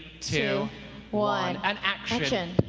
two one and action.